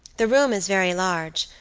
the room is very large,